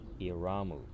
Iramu